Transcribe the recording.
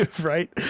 Right